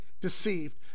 deceived